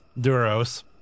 Duros